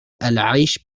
العيش